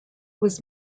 was